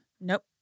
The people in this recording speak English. Nope